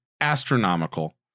astronomical